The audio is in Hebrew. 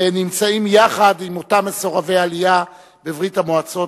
ונמצאים יחד עם אותם מסורבי עלייה בברית-המועצות,